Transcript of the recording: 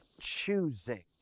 choosing